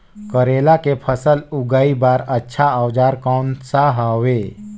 करेला के फसल उगाई बार अच्छा औजार कोन सा हवे?